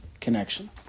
connection